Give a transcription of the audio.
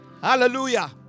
Hallelujah